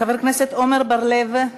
חבר הכנסת עמר בר-לב,